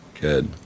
Good